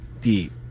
deep